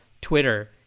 Twitter